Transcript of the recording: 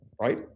Right